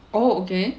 oh okay